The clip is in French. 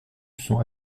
sont